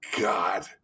God